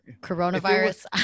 coronavirus